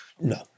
No